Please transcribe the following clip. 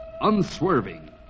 Unswerving